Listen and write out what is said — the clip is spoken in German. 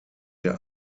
der